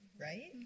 Right